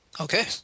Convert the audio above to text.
Okay